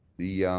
the